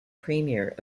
premier